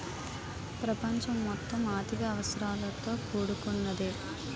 ప్రపంచం మొత్తం ఆర్థిక అవసరాలతో కూడుకున్నదే